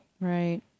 Right